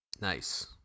Nice